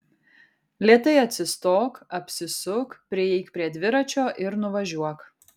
lėtai atsistok apsisuk prieik prie dviračio ir nuvažiuok